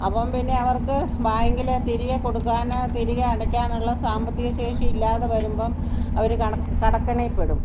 അപ്പം പിന്നെ അവർക്ക് ബാങ്കിൽ തിരികെ കൊടുക്കാൻ തിരികെ അടയ്ക്കാനുള്ള സാമ്പത്തിക ശേഷി ഇല്ലാതെ വരുമ്പം അവർ കട കടക്കെണിയിൽപ്പെടും